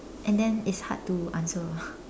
and then it's hard to answer ah